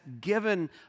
given